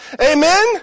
Amen